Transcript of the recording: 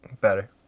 Better